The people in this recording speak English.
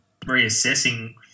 reassessing